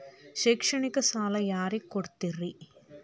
ಶಿಕ್ಷಣಕ್ಕ ಸಾಲ ಯಾರಿಗೆ ಕೊಡ್ತೇರಿ?